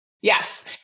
Yes